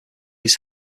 his